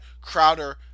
Crowder